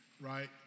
right